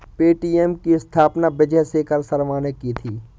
Paytm की स्थापना विजय शेखर शर्मा ने की थी